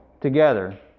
together